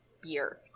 beer